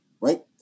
right